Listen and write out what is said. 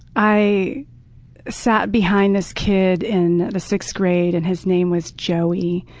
i sat behind this kid in the sixth grade, and his name was joey.